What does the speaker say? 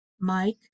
Mike